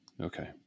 Okay